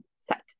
set